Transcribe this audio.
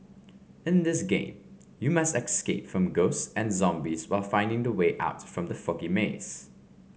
in this game you must escape from ghosts and zombies while finding the way out from the foggy maze